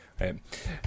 right